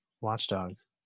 watchdogs